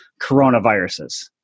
coronaviruses